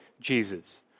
jesus